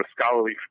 scholarly